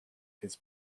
his